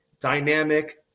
dynamic